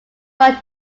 ron